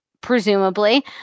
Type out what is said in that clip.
presumably